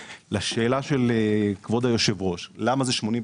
לשאלה של כבוד היושב-ראש: למה זה 86%?